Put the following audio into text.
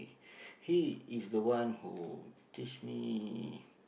he is the one who teach me